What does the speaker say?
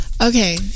okay